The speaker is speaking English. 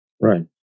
Right